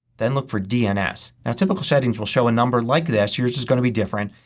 then look for dns. now typical settings will show a number like this, yours is going to be different,